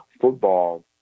football